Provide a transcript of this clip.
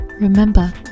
remember